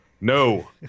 no